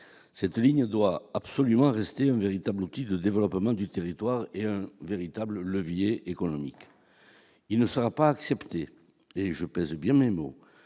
c'est ligne doit absolument rester un véritable outil de développement du territoire est un véritable levier économique, il ne sera pas accepté et je pèse bien mes non